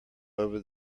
over